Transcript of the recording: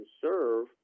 serve